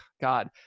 God